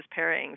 pairings